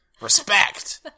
respect